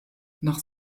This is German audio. nach